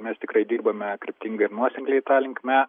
mes tikrai dirbame kryptingai ir nuosekliai ta linkme